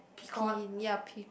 Pi~ ya Pi~